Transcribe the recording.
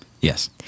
Yes